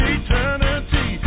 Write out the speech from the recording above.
eternity